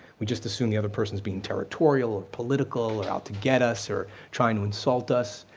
we just assume the other person's being territorial or political or out to get us or trying to insult us,